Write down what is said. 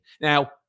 Now